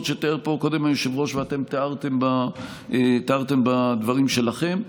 שתיאר פה קודם היושב-ראש ואתם תיארתם בדברים שלכם.